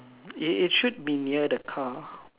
it it should be near the car